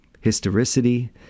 historicity